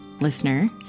listener